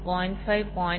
5 0